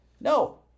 No